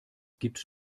gibt